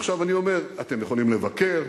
עכשיו, אני אומר: אתם יכולים לבקר,